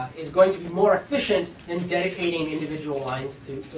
is going to be more efficient in dedicating individual lines to